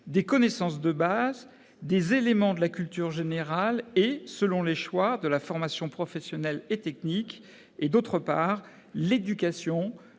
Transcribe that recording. des connaissances de base, des éléments de la culture générale et, selon les choix, de la formation professionnelle et technique et, d'autre part, l'éducation